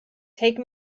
take